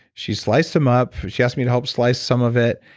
she sliced them up. she asked me to help slice some of it.